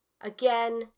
again